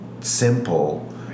Simple